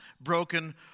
broken